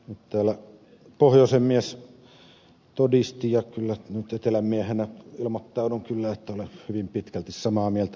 nyt täällä pohjoisen mies todisti ja kyllä nyt etelän miehenä ilmoittaudun että olen hyvin pitkälti samaa mieltä ed